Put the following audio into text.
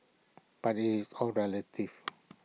but IT is all relative